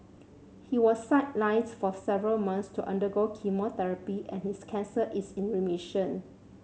he was sidelines for several months to undergo chemotherapy and his cancer is in remission